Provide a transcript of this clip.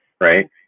Right